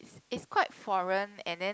it's quite foreign and then